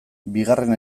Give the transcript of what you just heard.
bigarren